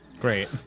Great